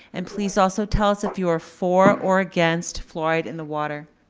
and please also tell us if you are for or against fluoride in the water.